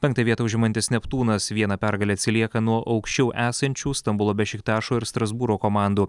penktą vietą užimantis neptūnas viena pergale atsilieka nuo aukščiau esančių stambulo bešiktašo ir strasbūro komandų